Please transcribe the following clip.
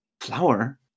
flower